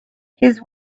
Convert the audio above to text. his